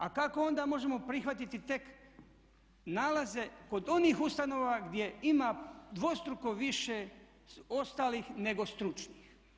A kako onda možemo prihvatiti tek nalaze kod onih ustanova gdje ima dvostruko više ostalih nego stručnih.